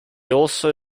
also